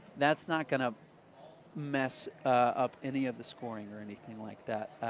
that's not going to mess up any of the scoring or anything like that.